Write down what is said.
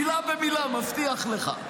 מילה במילה, אני מבטיח לך.